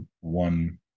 one